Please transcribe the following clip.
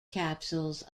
capsules